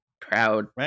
proud